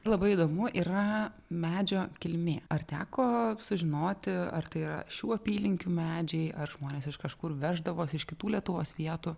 labai įdomu yra medžio kilmė ar teko sužinoti ar tai yra šių apylinkių medžiai ar žmonės iš kažkur veždavosi iš kitų lietuvos vietų